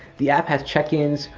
the app has check-ins,